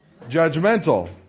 judgmental